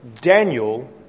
Daniel